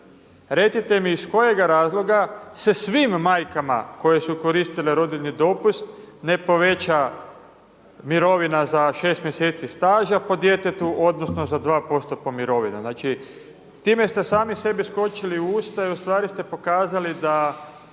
Recite mi iz kojeg razloga se svim majkama koje su koristile rodiljni dopust ne poveća mirovina za 6 mjeseci staža po djetetu, odnosno za 2% po mirovini? Znači time ste sami sebi skočili u usta i ustvari ste pokazali da